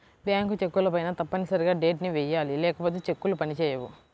bank చెక్కులపైన తప్పనిసరిగా date ని వెయ్యాలి లేకపోతే చెక్కులు పని చేయవు